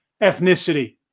ethnicity